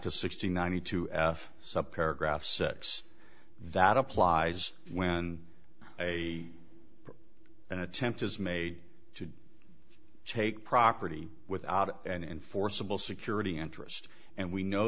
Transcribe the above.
to sixty ninety two f supp paragraph sets that applies when a an attempt is made to take property without an enforceable security interest and we know